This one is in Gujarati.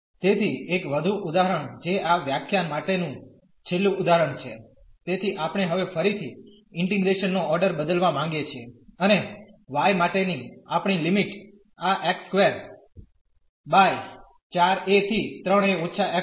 તેથી એક વધુ ઉદાહરણ જે આ વ્યાખ્યાન માટેનું છેલ્લું ઉદાહરણ છે તેથી આપણે હવે ફરીથી ઇન્ટીગ્રેશન નો ઓર્ડર બદલવા માંગીએ છીએ અને y માટેની આપણી લિમિટ આ x સ્કવેર બાઇ 4 a થી 3 a ઓછા x છે